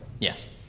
Yes